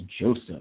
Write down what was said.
Joseph